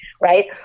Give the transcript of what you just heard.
right